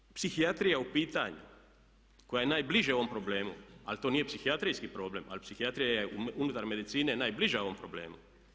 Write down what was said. Kada je psihijatrija u pitanju koja je najbliže ovom problemu, ali to nije psihijatrijski problem ali psihijatrija je unutar medicine najbliža ovom problemu.